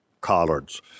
collards